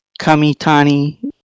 Kamitani